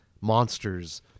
monsters